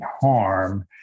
harm